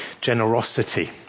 generosity